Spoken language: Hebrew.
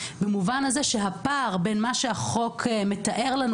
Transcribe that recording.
במובן הזה שהפער בין מה שהחוק מתאר לנו